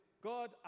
God